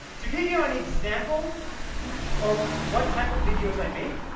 to get you an example of what type of videos i make,